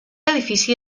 edifici